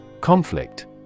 Conflict